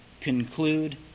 conclude